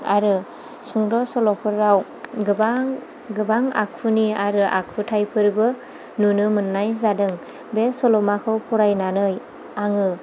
आरो सुद' सल'फोराव गोबां गोबां आखुनि आरो आखुथाइफोरबो नुनो मोननाय जादों बे सल'माखौ फरायनानै आङो